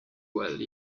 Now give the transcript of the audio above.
well